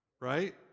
right